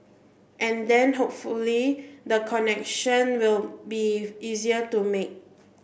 and then hopefully the connection will be easier to make